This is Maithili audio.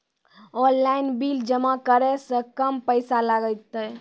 ऑनलाइन बिल जमा करै से कम पैसा लागतै?